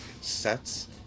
sets